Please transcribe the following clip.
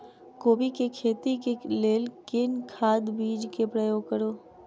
कोबी केँ खेती केँ लेल केँ खाद, बीज केँ प्रयोग करू?